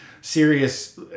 serious